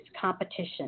competition